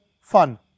fun